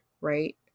Right